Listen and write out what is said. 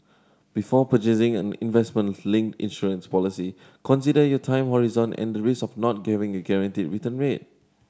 before purchasing an investment linked insurance policy consider your time horizon and the risk of not given a guaranteed return rate